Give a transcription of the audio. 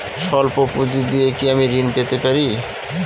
সল্প পুঁজি দিয়ে কি আমি ঋণ পেতে পারি?